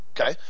Okay